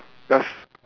yes